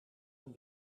een